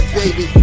baby